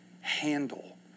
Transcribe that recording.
handle